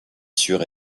sûr